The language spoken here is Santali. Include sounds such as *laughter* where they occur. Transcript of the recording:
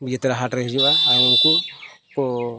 *unintelligible* ᱦᱟᱴ ᱨᱮ ᱦᱤᱡᱩᱜ ᱟᱭ ᱟᱨ ᱩᱱᱠᱩ ᱠᱚ